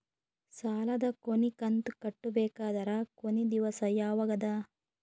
ಸಾಲದ ಕೊನಿ ಕಂತು ಕಟ್ಟಬೇಕಾದರ ಕೊನಿ ದಿವಸ ಯಾವಗದ?